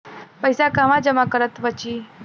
पैसा कहवा जमा करब त बची?